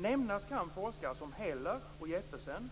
Nämnas kan forskare som Heller och Jeppesen